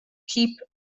keep